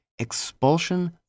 expulsion